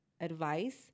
advice